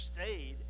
Stayed